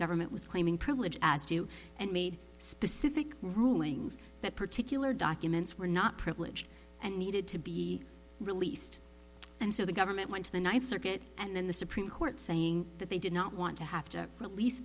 government was claiming privilege as due and made specific rulings that particular documents were not privileged and needed to be released and so the government went to the ninth circuit and then the supreme court saying that they did not want to have